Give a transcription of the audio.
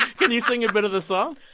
can you sing a bit of the song?